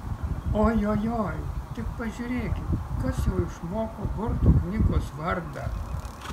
ojojoi tik pažiūrėkit kas jau išmoko burtų knygos vardą